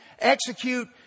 execute